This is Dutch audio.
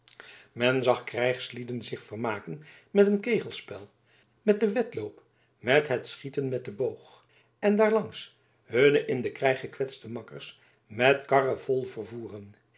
men zag krijgslieden zich vermaken met een kegelspel met den wedloop met het schieten met den boog en daarlangs hunne in den krijg gekwetste makkers met karren vol vervoeren